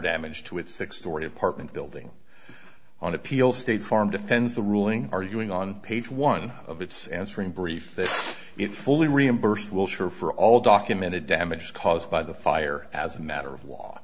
damage to its six storey apartment building on appeal state farm defends the ruling arguing on page one of its answer in brief that it fully reimbursed wilcher for all documented damage caused by the fire as a matter of law